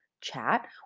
chat